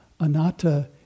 anatta